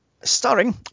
starring